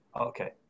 Okay